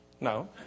No